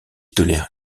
tolère